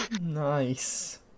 Nice